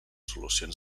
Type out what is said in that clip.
solucions